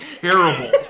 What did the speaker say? terrible